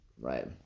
right